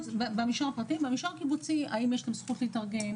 --- במישור הקיבוצי, האם יש כאן זכות להתארגן?